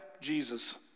Jesus